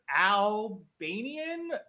Albanian